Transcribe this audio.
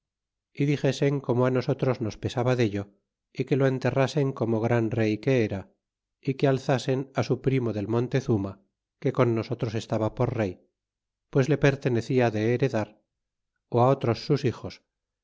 y dixesen como todos nos pesaba den y que lo enterrasen como gran rey que era y que alzasen su primo del montezuma que con nosotros estaba por rey pues le pertenecia de heredar otros sus hijos